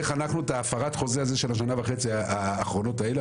איך אנחנו את הפרת החוזה הזה של השנה וחצי האחרונות האלה,